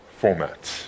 formats